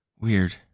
weird